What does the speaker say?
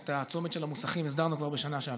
שאת הצומת של המוסכים הסדרנו כבר בשנה שעברה.